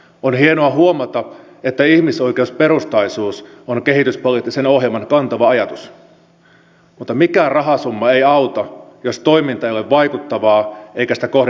on hienoa huomata että ihmisoikeusperustaisuus on kehityspoliittisen ohjelman kantava ajatus mutta mikään rahasumma ei auta jos toiminta ei ole vaikuttavaa eikä sitä kohdenneta oikein